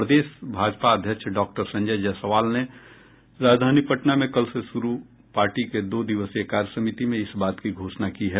प्रदेश भाजपा अध्यक्ष डॉक्टर संजय जायसवाल ने राजधानी पटना में कल से शुरू पार्टी के दो दिवसीय कार्य समिति में इस बात की घोषणा की है